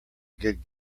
good